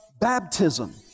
baptism